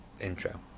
intro